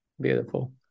Beautiful